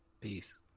peace